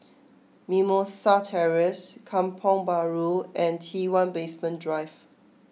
Mimosa Terrace Kampong Bahru and T one Basement Drive